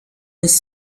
this